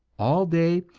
all day,